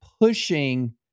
pushing